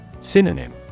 Synonym